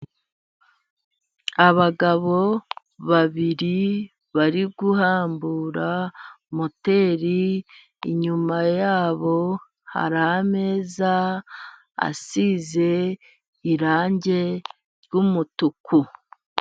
Abagabo babiri bari guhambura moteri, inyuma yabo hari ameza asize irangi ry'umutuku.